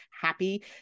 happy